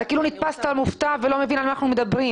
אתה כאילו נתפסת מופתע ולא מבין על מה אנחנו מדברים.